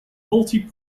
multi